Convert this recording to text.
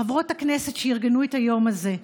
חברות הכנסת שארגנו את היום הזה,